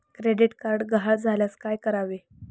Credit card गहाळ झाल्यास काय करावे?